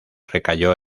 recayó